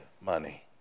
money